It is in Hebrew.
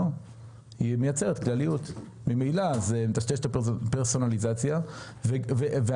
והיא מייצרת כלליות וממילא זה מטשטש את הפרסונליזציה ואני,